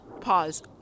pause